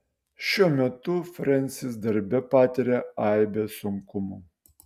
šiuo metu frensis darbe patiria aibę sunkumų